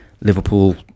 Liverpool